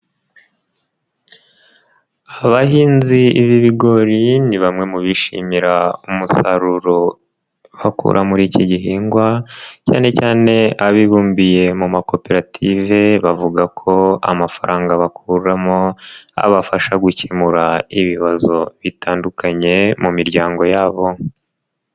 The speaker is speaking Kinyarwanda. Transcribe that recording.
Abahinzi ibi bigori ni bamwe mu bishimira umusaruro bakura muri iki gihingwa cyane cyane abibumbiye mu makoperative, bavuga ko amafaranga bakuramo abafasha gukemura ibibazo bitandukanye mu miryango yabo.